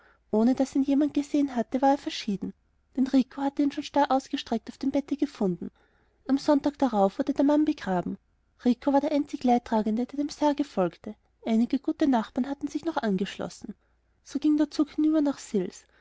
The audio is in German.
ohne daß ihn jemand gesehen hatte war er verschieden denn rico hatte ihn schon starr ausgestreckt auf dem bette gefunden am sonntag darauf wurde der mann begraben rico war der einzige leidtragende der dem sarge folgte einige gute nachbarn hatten sich noch angeschlossen so ging der zug hinüber nach sils